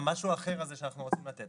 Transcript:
המשהו האחר הזה שאנחנו רוצים לתת,